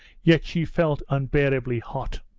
yet she felt unbearably hot.